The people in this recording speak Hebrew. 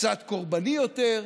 קצת קורבני יותר,